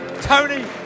Tony